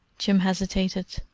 jim hesitated.